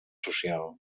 social